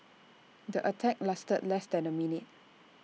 the attack lasted less than A minute